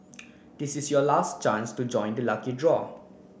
this is your last chance to join the lucky draw